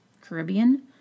Caribbean